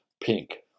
pink